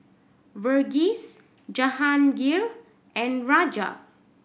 Verghese Jehangirr and Raja